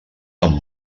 amb